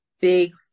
big